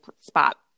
spot